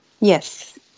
Yes